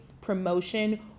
promotion